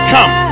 Come